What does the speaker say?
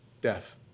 death